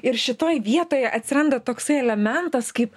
ir šitoj vietoje atsiranda toksai elementas kaip